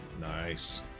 Nice